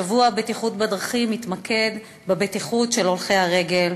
שבוע הבטיחות בדרכים מתמקד בבטיחות של הולכי הרגל,